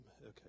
Okay